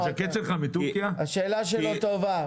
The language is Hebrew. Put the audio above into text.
בואו נשמע אותם, השאלה שלו טובה.